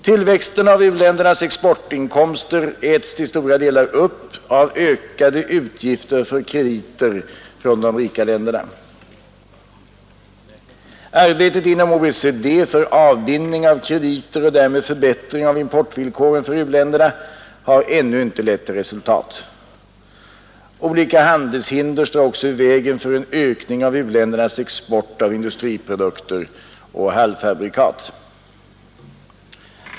Tillväxten av u-ländernas exportinkomster äts till stora delar upp av ökade utgifter för krediter från de rika länderna. Arbetet inom OECD för avbindning av krediter och därmed förbättring av importvillkoren till u-länderna har ännu inte lett till resultat. Olika handelshinder står också i vägen för en ökning av u-ländernas export av industriprodukter och halvfabrikat.